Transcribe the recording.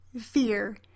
Fear